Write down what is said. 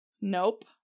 Nope